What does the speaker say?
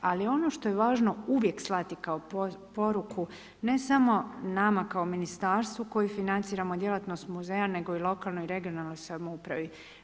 Ali ono što je važno uvijek slati kao poruku, ne samo nama kao ministarstvu koji financiramo djelatnost muzeja, nego i lokalnoj i regionalnoj samoupravi.